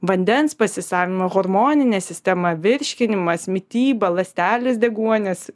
vandens pasisavinimo hormoninė sistema virškinimas mityba ląstelės deguonies